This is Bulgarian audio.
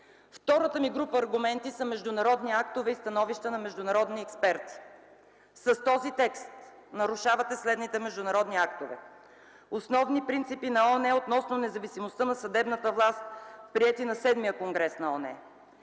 Втората ми група аргументи са международни актове и становища на международни експерти. С този текст нарушавате следните международни актове: Основни принципи на Организацията на обединените нации относно независимостта на съдебната власт, приети на VІІ Конгрес на ООН;